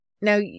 Now